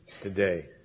today